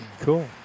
Cool